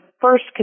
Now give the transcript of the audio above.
first